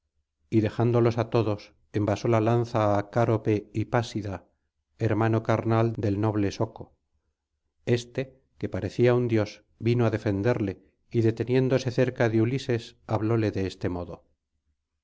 y dejándolos á todos envasó la lanza á cárope hipásida hermano carnal del noble soco este que parecía un dios vino á defenderle y deteniéndose cerca de ulises hablóle de este modo